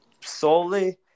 Solely